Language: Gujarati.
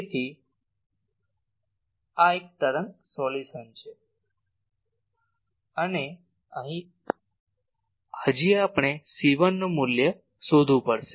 તેથી આ એક તરંગ સોલ્યુશન છે અને અહીં હજી આપણે c1 નું મૂલ્ય શોધવું પડશે